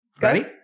Ready